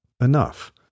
enough